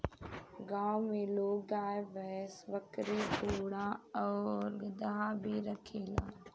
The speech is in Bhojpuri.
गांव में लोग गाय, भइस, बकरी, घोड़ा आउर गदहा भी रखेला